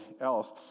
else